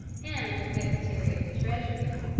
and the secretary of the treasury.